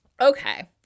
Okay